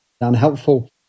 unhelpful